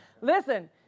Listen